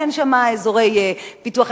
אין שם אזורי פיתוח,